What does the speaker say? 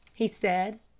he said.